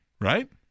right